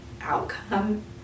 outcome